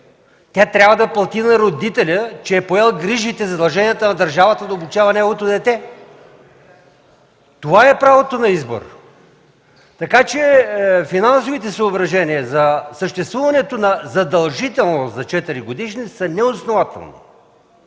тя трябва да плати на родителя, че е поел грижите и задълженията на държавата да обучава неговото дете – това е правото на избор. Така че финансовите съображения за съществуването на задължителност за 4-годишните са неоснователни.